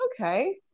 Okay